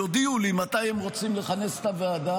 יודיעו לי מתי הם רוצים לכנס את הוועדה.